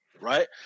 right